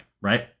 right